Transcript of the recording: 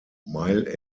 mile